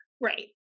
Right